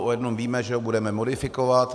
O jednom víme, že ho budeme modifikovat.